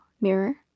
mirror